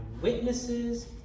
witnesses